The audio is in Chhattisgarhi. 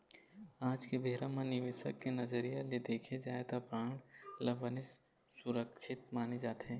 आज के बेरा म निवेसक के नजरिया ले देखे जाय त बांड ल बनेच सुरक्छित माने जाथे